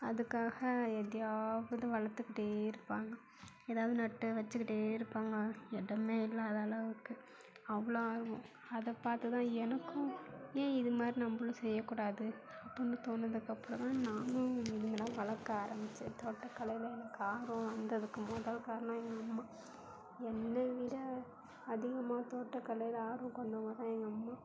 அதுக்காக எதையாவது வளர்த்துக்கிட்டே இருப்பாங்க எதாவது நட்டு வச்சுக்கிட்டே இருப்பாங்க இடமே இல்லாத அளவுக்கு அவ்வளோ ஆர்வம் அதை பார்த்துதான் எனக்கும் ஏன் இதுமாதிரி நம்மளும் செய்யக்கூடாது அப்பிடின்னு தோணுதுக்கப்புறம் நானும் எல்லாம் வளர்க்க ஆரமித்தேன் தோட்டக்கலையில் எனக்கு ஆர்வம் வந்ததுக்கு முதல் காரணம் எங்கள் அம்மா என்னை விட அதிகமாக தோட்டக்கலையில் ஆர்வம் கொண்டவங்க தான் எங்கள் அம்மா